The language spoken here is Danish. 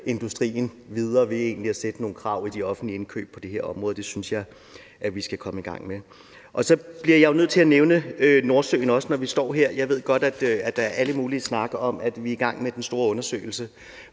industrien videre ved egentlig at stille nogle krav til de offentlige indkøb på det her område. Det synes jeg at vi skal komme i gang med. Så bliver jeg jo nødt til også at nævne Nordsøen, når vi står her. Jeg ved godt, at der er al mulig snak om, at vi er i gang med den store undersøgelse,